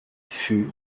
fut